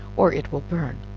or it will burn.